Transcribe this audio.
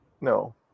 no